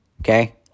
Okay